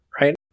right